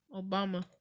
Obama